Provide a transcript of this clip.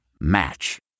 Match